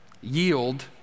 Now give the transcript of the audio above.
Yield